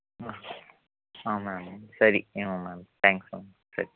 ಹಾಂ ಹಾಂ ಮ್ಯಾಮ್ ಸರಿ ಏ ನೋ ಮ್ಯಾಮ್ ತ್ಯಾಂಕ್ಸ್ ಮ್ಯಾಮ್ ಸರಿ